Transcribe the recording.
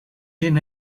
zin